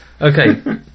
Okay